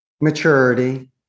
maturity